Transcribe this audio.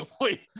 wait